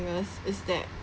us is that